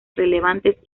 relevantes